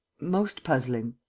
most puzzling.